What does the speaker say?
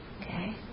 Okay